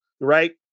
right